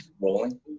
rolling